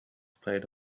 played